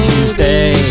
Tuesday